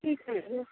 ठीक है